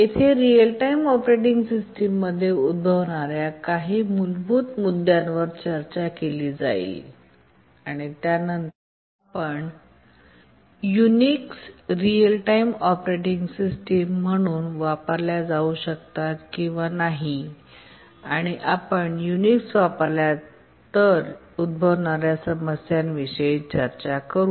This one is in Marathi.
येथे रिअल टाइम ऑपरेटिंग सिस्टममध्ये उद्भवणार्या काही मूलभूत मुद्द्यांवर चर्चा केली जाईल आणि त्यानंतर आपण Unix real time operating system म्हणून वापरल्या जाऊ शकतात किंवा नाही आणि आपण युनिक्स वापरल्या तर उद्भवणार्या समस्यांविषयी चर्चा करू